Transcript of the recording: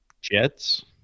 Jets